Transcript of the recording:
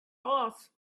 boss